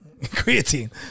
Creatine